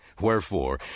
Wherefore